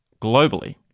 globally